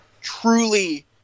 truly